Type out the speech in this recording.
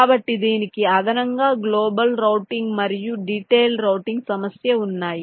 కాబట్టి దీనికి అదనంగా గ్లోబల్ రౌటింగ్ మరియు డీటైల్డ్ రౌటింగ్ సమస్య ఉన్నాయి